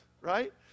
right